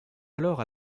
alors